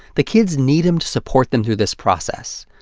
the kids need him to support them through this process.